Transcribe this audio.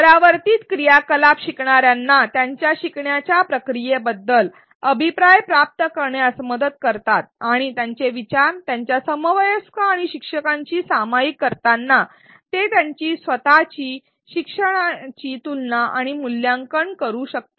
परावर्तित क्रियाकलाप शिकणार्यांना त्यांच्या शिकण्याच्या प्रक्रियेबद्दल अभिप्राय प्राप्त करण्यास मदत करतात आणि त्यांचे विचार त्यांच्या समवयस्क आणि शिक्षकांशी सामायिक करतांना ते त्यांची स्वत ची शिक्षणाची तुलना आणि मूल्यांकन करू शकतात